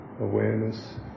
awareness